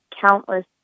countless